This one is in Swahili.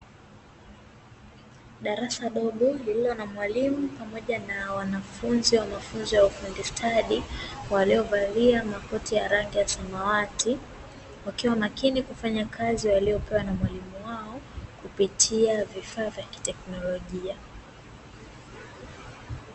Darasa dogo lililo na mwalimu pamoja na wanafunzi wa mafunzo ya ufundi stadi, waliovalia makoti ya rangi ya samawati, wakiwa makini kufanya kazi waliyopewa na mwalimu wao kupitia vifaa vya kiteknolojia.